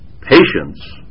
patience